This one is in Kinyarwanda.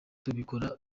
tubikora